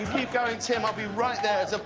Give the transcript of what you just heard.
keep going tim. i'll be right there!